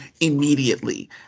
immediately